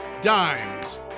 Dimes